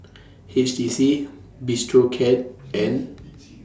H T C Bistro Cat and